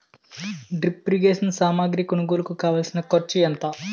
drip irrigation సామాగ్రి కొనుగోలుకు కావాల్సిన ఖర్చు ఎంత